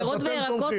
אז אתם תומכים.